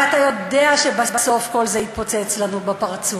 הרי אתה יודע שבסוף כל זה יתפוצץ לנו בפרצוף,